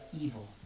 evil